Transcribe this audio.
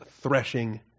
threshing